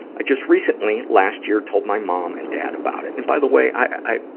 i just recently, last year, told my mom and dad about it and, by the way, i,